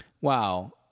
Wow